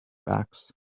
backs